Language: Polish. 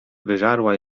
wyżarła